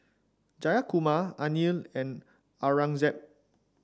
Jayakumar Anil and Aurangzeb